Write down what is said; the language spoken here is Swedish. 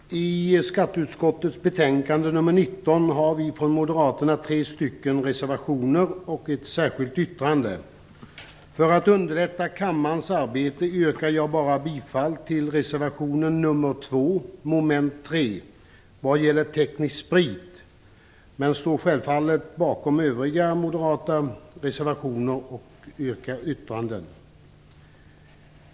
Herr talman! Moderaterna har fogat tre reservationer och ett särskilt yttrande till skatteutskottets betänkande nr 19. För att underlätta kammarens arbete yrkar jag bifall bara till reservation nr 2 under mom. 3 vad gäller teknisk sprit, men jag står självfallet bakom övriga moderata reservationer och vårt yttrande.